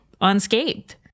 unscathed